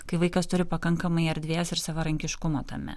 kai vaikas turi pakankamai erdvės ir savarankiškumo tame